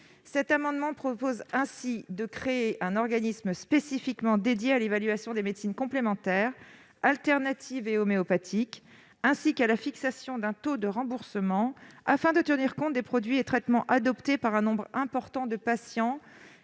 Cet amendement tend donc à créer un organisme spécifiquement dédié à l'évaluation des médecines complémentaires, alternatives et homéopathiques, ainsi qu'à la fixation d'un taux de remboursement, afin de tenir compte des produits et des traitements adoptés par un nombre important de patients